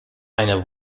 eine